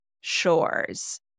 Shores